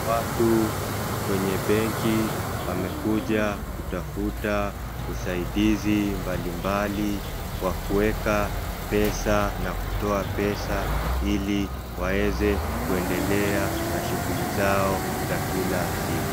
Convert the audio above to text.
watu kwenye benki wamekuja kutafuta usaidizi mbalimbali, wa kuweka pesa na kutoa pesa, ili waeze kuendelea na shughuli zao za kila siku.